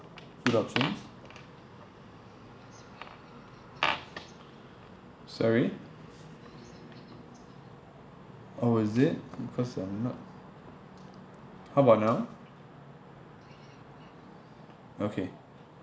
food options sorry oh it is because I'm not how about now okay